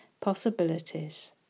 possibilities